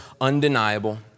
undeniable